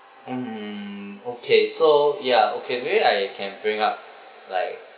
mm okay so ya okay maybe I can bring up like